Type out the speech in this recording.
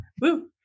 Woo